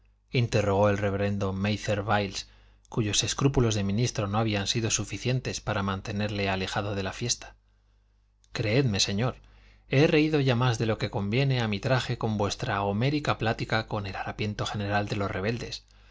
interrogó el reverendo máther byles cuyos escrúpulos de ministro no habían sido suficientes para mantenerle alejado de la fiesta creedme señor he reído ya más de lo que conviene a mi traje con vuestra homérica plática con el harapiento general de los rebeldes